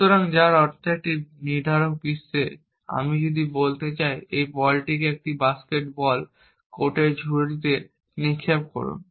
সুতরাং যার অর্থ একটি নির্ধারক বিশ্বে আমি যদি বলতে চাই এই বলটিকে একটি বাস্কেট বল কোর্টে ঝুড়িতে নিক্ষেপ করুন